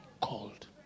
called